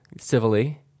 civilly